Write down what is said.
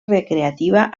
recreativa